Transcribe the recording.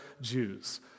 Jews